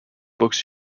books